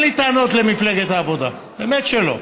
אין לי טענות למפלגת העבודה, באמת שלא.